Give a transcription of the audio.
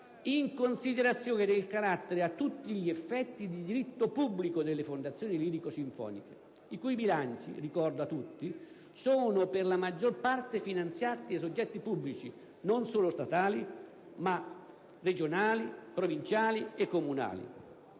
in considerazione del carattere a tutti gli effetti di diritto pubblico delle Fondazioni lirico-sinfoniche i cui bilanci - ricordo a tutti - sono per la maggior parte finanziati da soggetti pubblici, non solo statali ma anche regionali, provinciali e comunali.